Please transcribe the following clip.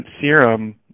serum